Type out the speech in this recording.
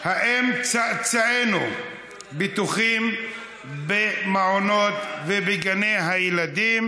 האם צאצאינו בטוחים במעונות ובגני הילדים?